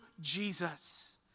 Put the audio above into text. Jesus